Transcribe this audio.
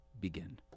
begin